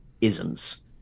isms